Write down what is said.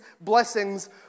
blessings